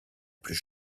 plus